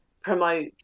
promote